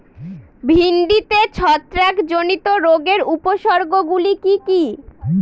ভিন্ডিতে ছত্রাক জনিত রোগের উপসর্গ গুলি কি কী?